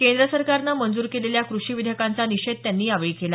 केंद्र सरकारनं मंजूर केलेल्या कृषी विधयेकांचा निषेध त्यांनी यावेळी केला